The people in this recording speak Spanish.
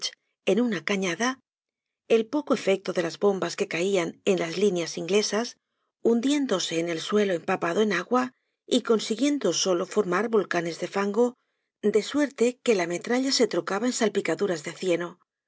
en una cañada el poco efecto de ks bombas que caian en las líneas inglesas hundiéndose en el suelo empapado en agua y consiguiendo solo formar volcanes de fango de suerte que la metralla se trocaba en salpicaduras de cieno